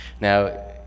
Now